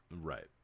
right